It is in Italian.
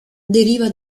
deriva